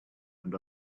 and